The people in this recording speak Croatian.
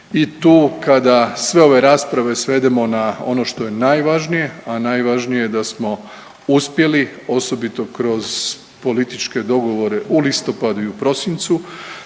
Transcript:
i tu kada sve ove rasprave svedemo na ono što je najvažnije, a najvažnije je da smo uspjeli osobito kroz političke dogovore u listopadu i u prosincu